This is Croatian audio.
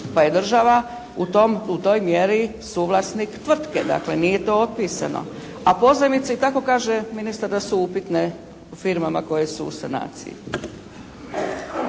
pa je država u toj mjeri suvlasnik tvrtke. Dakle nije to otpisano. A pozajmice i tako kaže ministar da su upitne u firmama koje su u sanaciji.